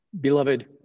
Beloved